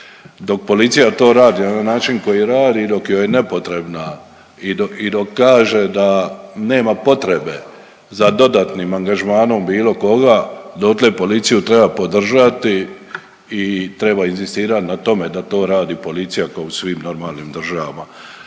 Dok policija to radi na način koji radi i dok joj je nepotrebna i dok kaže da nema potrebe za dodatnim angažmanom bilo koga dotle policiju treba podržati i treba inzistirati na tome da to radi policija kao i u svim normalnim država.